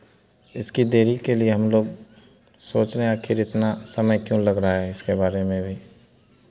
इसकी देरी के लिए हम लोग सोच रहे आखिर इतना समय क्यों लग रहा है इसके बारे में भी